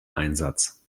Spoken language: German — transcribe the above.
einsatz